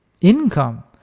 income